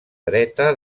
dreta